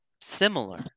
similar